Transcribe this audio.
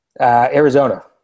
Arizona